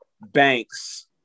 Banks